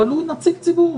אבל הוא נציג ציבור,